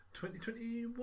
2021